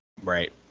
Right